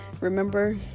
remember